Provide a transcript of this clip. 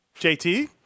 JT